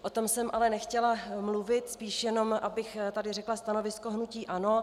O tom jsem ale nechtěla mluvit, spíš jenom abych tady řekla stanovisko hnutí ANO.